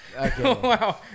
wow